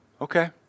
Okay